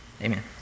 Amen